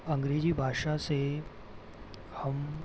अंग्रेज़ी भाषा से हम